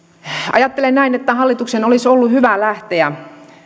ajattelen näin että hallituksen olisi ollut hyvä lähteä